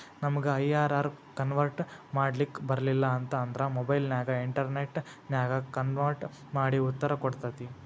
ನಮಗ IRR convert ಮಾಡ್ಲಿಕ್ ಬರಲಿಲ್ಲ ಅಂತ ಅಂದ್ರ ಮೊಬೈಲ್ ನ್ಯಾಗ ಇನ್ಟೆರ್ನೆಟ್ ನ್ಯಾಗ ಕನ್ವರ್ಟ್ ಮಡಿ ಉತ್ತರ ಕೊಡ್ತತಿ